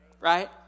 right